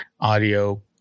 audio